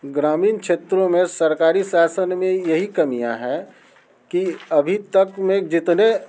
ग्रामीण क्षेत्रों में सरकारी शासन में यही कमियाँ है कि अभी तक में जितने